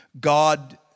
God